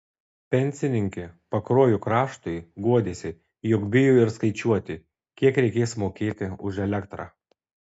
pensininkė pakruojo kraštui guodėsi jog bijo ir skaičiuoti kiek reikės mokėti už elektrą